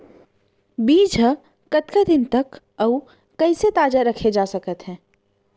बीज ह कतका दिन तक अऊ कइसे ताजा रखे जाथे सकत हे?